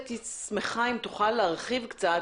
הייתי שמחה אם תוכל להרחיב קצת.